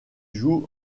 joue